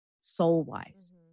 soul-wise